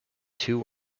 two